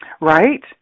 Right